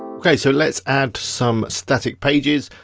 okay, so let's add some static pages.